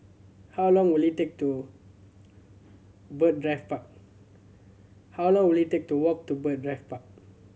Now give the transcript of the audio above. how long will it take to Bird Drive Park how long will it take to walk to Bird Drive Park